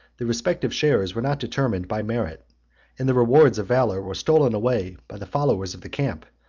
the respective shares were not determined by merit and the rewards of valor were stolen away by the followers of the camp,